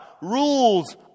rules